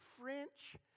French